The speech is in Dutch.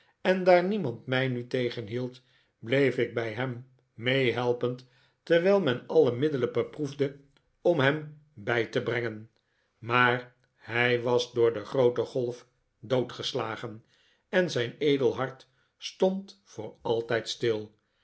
en daar niemand mij nu tegenhield bleef ik bij hem meehelpend terwijl men alle middelen beproefde om hem bij te brengen maar hij was door die groote golf doodgeslagen en zijn edel hart stond voor altijd stil